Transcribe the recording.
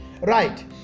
Right